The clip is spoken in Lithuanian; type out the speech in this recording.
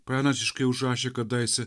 pranašiškai užrašė kadaise